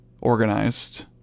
organized